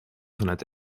vanuit